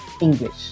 English